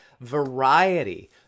variety